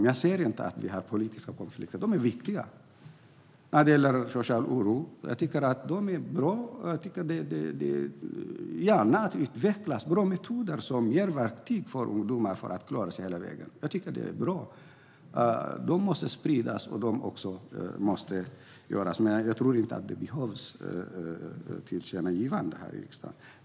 Jag ser inte att vi har politiska konflikter. Det handlar om sådant som kan utvecklas. Det är bra metoder som ger verktyg för ungdomar att klara sig hela vägen. Jag tycker att det är bra. Det är sådant som behöver spridas. Men jag tror inte att det behövs tillkännagivanden från riksdagen.